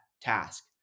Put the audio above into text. task